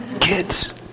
kids